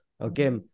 okay